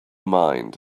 mind